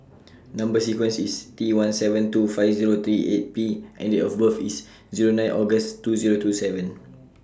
Number sequence IS T one seven two five Zero three eight P and Date of birth IS Zero nine August two Zero two seven